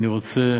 אני רוצה